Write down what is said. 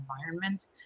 environment